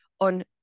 on